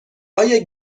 آیا